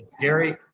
Gary